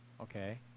Okay